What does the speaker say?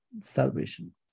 salvation